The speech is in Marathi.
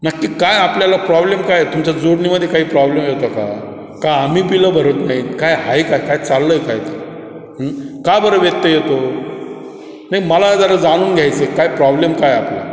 नक्की काय आपल्याला प्रॉब्लेम काय तुमच्या जोडणीमध्ये काही प्रॉब्लेम येतो का का आम्ही पिलं भरत नाहीत काय आहे का काय चाललं आहे इथं का बरं व्यत्यय येतो नाही मला जरा जाणून घ्यायचं आहे काय प्रॉब्लेम काय आपला